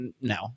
No